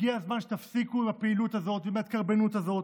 הגיע הזמן שתפסיקו עם הפעילות הזאת ועם ההתקרבנות הזאת.